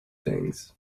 things